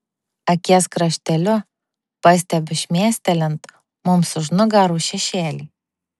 akies krašteliu pastebiu šmėstelint mums už nugarų šešėlį